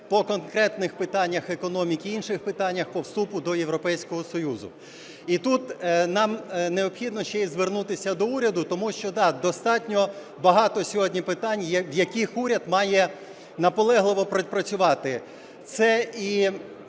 по конкретних питаннях економіки і інших питаннях по вступу до Європейського Союзу. І тут нам необхідно ще звернутися до уряду, тому що, да, достатньо багато сьогодні питань, яких уряд має наполегливо пропрацювати. Це і